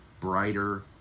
brighter